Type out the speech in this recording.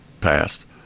passed